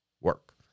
work